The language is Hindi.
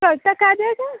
कल तक आ जाएगा